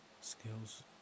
skills